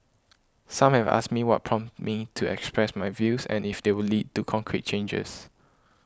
some have asked me what prompted me to express my views and if they would lead to concrete changes